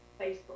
Facebook